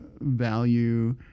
value